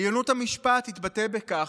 עליונות המשפט תתבטא בכך",